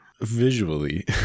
visually